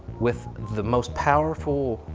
with the most powerful